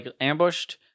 ambushed